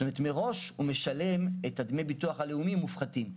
זאת אומרת מראש הוא משלם דמי ביטוח לאומי מופחתים.